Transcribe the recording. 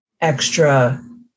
extra